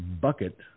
bucket